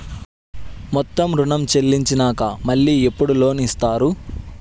మొత్తం ఋణం చెల్లించినాక మళ్ళీ ఎప్పుడు లోన్ ఇస్తారు?